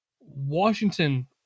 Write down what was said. Washington